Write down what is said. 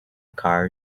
car